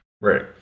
Right